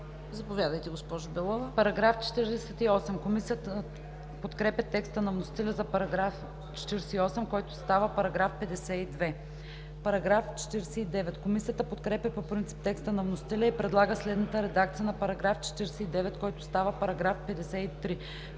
Заповядайте, госпожо Белова.